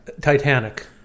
Titanic